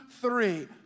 three